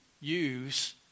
use